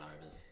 overs